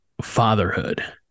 fatherhood